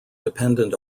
dependent